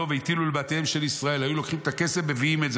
והטילו לבתיהם של ישראל" היו לוקחים את הכסף ומביאים את זה,